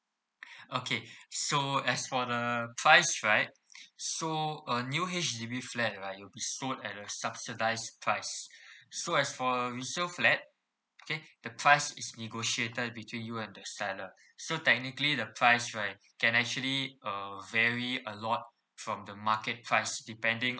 okay so as for the price right so a new H_D_B flat right will be sold at a subsidised price so as for a resale flat okay the price is negotiated between you and the seller so technically the price right can actually uh vary a lot from the market price depending